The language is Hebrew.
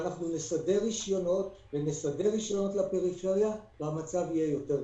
אנחנו נסדר רישיונות ונסדר רישיונות לפריפריה והמצב יהיה יותר קשה.